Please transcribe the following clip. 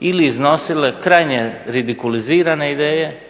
ili iznosile krajnje ridikulizirane ideje